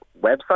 website